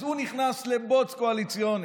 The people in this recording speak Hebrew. אז הוא נכנס לבוץ קואליציוני.